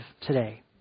today